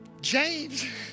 James